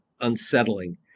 unsettling